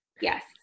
yes